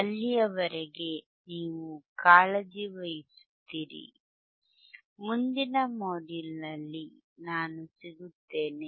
ಅಲ್ಲಿಯವರೆಗೆ ನೀವು ಕಾಳಜಿ ವಹಿಸುತ್ತೀರಿ ಮುಂದಿನ ಮಾಡ್ಯೂಲ್ ನಲ್ಲಿ ನಾನು ಸಿಗುತ್ತೇನೆ